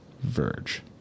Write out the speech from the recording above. Verge